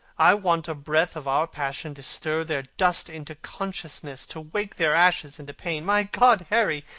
i want a breath of our passion to stir their dust into consciousness, to wake their ashes into pain. my god, harry,